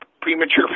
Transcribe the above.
premature